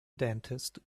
dentist